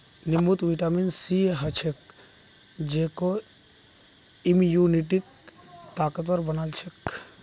नींबूत vitamin C ह छेक जेको इम्यूनिटीक ताकतवर बना छेक